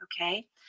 Okay